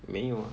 没有 ah